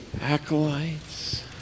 Acolytes